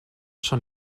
schon